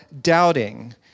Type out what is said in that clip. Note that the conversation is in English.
doubting